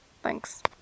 Thanks